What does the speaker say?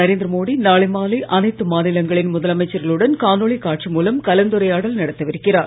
நரேந்திர மோடி நாளை மாலை அனைத்து மாநிலங்களின் முதலமைச்சர்களுடன் காணொளி காட்சி மூலம் கலந்துரையாடல் நடத்தவிருக்கிறார்